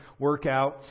workouts